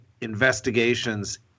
investigations